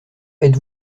êtes